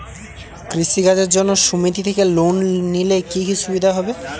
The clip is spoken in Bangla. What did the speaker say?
কৃষি কাজের জন্য সুমেতি থেকে লোন নিলে কি কি সুবিধা হবে?